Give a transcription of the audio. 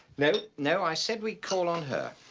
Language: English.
no. no i said we'd call on her.